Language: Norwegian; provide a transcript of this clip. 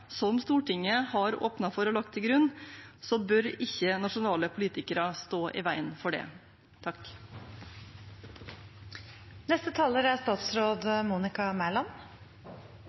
som Stortinget har åpnet for og lagt til grunn, bør ikke nasjonale politikere stå i veien for det.